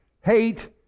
hate